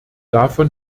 davon